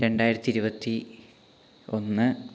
രണ്ടായിരത്തിയിരുപത്തി ഒന്ന്